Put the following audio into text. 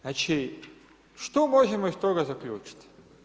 Znači, što možemo iz toga zaključiti?